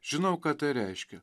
žinau ką tai reiškia